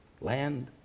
land